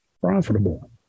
profitable